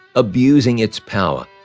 abusing its power,